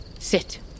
Sit